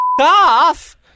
off